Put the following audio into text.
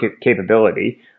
capability